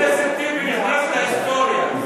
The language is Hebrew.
חבר הכנסת טיבי נכנס להיסטוריה,